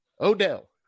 Odell